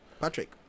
patrick